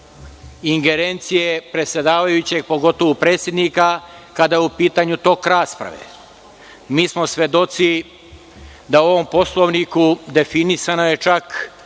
ingerencije predsedavajućeg, pogotovo predsednika, kada je u pitanju tok rasprave. Mi smo svedoci da je u ovom Poslovniku definisana čak